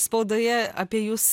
spaudoje apie jus